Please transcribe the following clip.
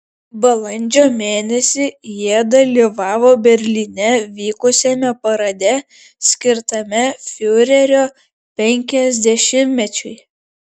balandžio mėnesį jie dalyvavo berlyne vykusiame parade skirtame fiurerio penkiasdešimtmečiui